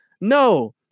No